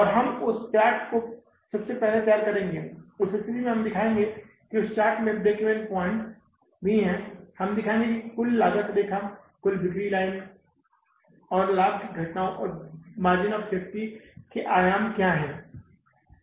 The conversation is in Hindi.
तो हम उस चार्ट को सबसे पहले तैयार करेंगे उस स्थिति में हम दिखाएँगे कि उस चार्ट में ब्रेक इवन पॉइंट्स भी है हम दिखाएँगे कि कुल लागत रेखा कुल बिक्री लाइन और लाभ की घटनाओं और मार्जिन ऑफ़ सेफ्टी का आयाम क्या है